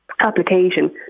application